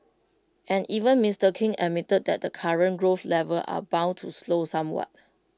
and even Mister king admitted that the current growth levels are bound to slow somewhat